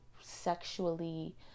sexually